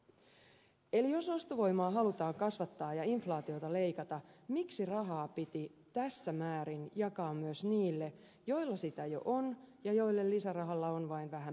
eli jos ostovoimaa halutaan kasvattaa ja inf laatiota leikata miksi rahaa piti tässä määrin jakaa myös niille joilla sitä jo on ja joille lisärahalla on vain vähän merkitystä